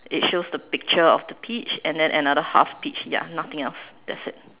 it shows the picture of the peach and then another half peach ya nothing else that's it